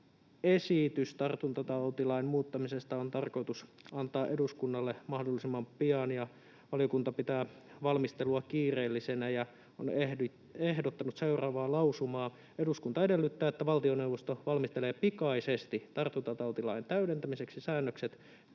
esitys tartuntatautilain muuttamisesta on tarkoitus antaa eduskunnalle mahdollisimman pian. Valiokunta pitää valmistelua kiireellisenä ja on ehdottanut seuraavaa lausumaa: ”Eduskunta edellyttää, että valtioneuvosto valmistelee pikaisesti tartuntatautilain täydentämiseksi säännökset,